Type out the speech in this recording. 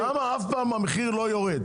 למה אף פעם המחיר לא יורד?